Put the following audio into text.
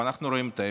אנחנו רואים את ההפך,